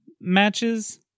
matches